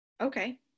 okay